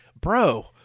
bro